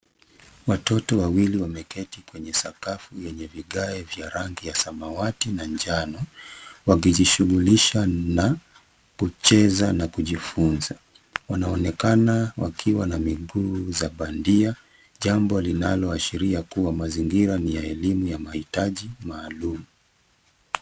Watoto wawili wameketi kwenye sakafu yenye vigae vya rangi ya samawati na njano, wakijishughulisha na kucheza na kujifunza. Wanaonekana wakiwa na miguu za bandia jambo linaloashiria kuwa mazingira ni ya elimu ya mahitaji maalum.